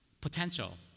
Potential